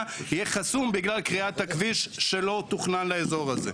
יהיה חסום בגלל כריית הכביש שלא תוכנן לאזור הזה,